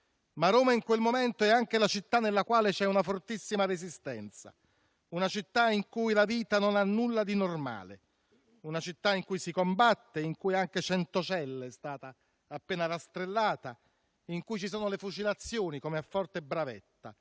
Roma in quel momento però è anche la città nella quale c'è una fortissima resistenza; una città in cui la vita non ha nulla di normale; una città in cui si combatte, in cui anche Centocelle è stata appena rastrellata, in cui ci sono le fucilazioni come a Forte Bravetta.